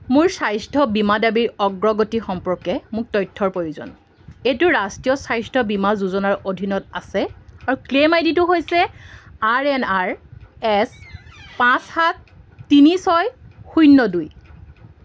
মোৰ স্বাস্থ্য বীমা দাবীৰ অগ্ৰগতি সম্পৰ্কে মোক তথ্যৰ প্ৰয়োজন এইটো ৰাষ্ট্ৰীয় স্বাস্থ্য বীমা যোজনাৰ অধীনত আছে আৰু ক্লেইম আইডিটো হৈছে আৰএনআৰএছ পাঁচ সাত তিনি ছয় শূন্য দুই